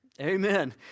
Amen